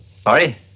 Sorry